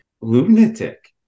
lunatic